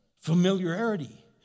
Familiarity